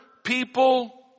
People